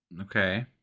Okay